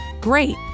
Great